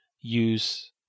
use